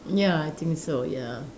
ya I think so ya